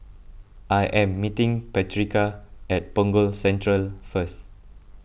I am meeting Patrica at Punggol Central first